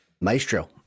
Maestro